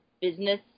business